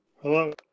Hello